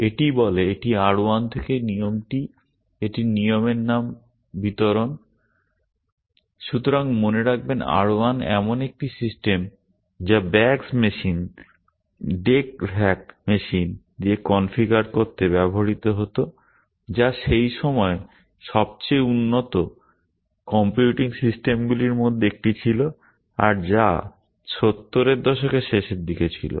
এটি বলে এটি R 1 থেকে নিয়মটি এটির নিয়মের নাম বিতরণ সুতরাং মনে রাখবেন R 1 এমন একটি সিস্টেম যা VAX machine DEC VAX machine দিয়ে যা কনফিগার করতে ব্যবহৃত হত যা সেই সময়ে সবচেয়ে উন্নত কম্পিউটিং সিস্টেমগুলির মধ্যে একটি ছিল আর যা 70 এর দশকের শেষের দিকে ছিল